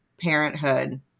parenthood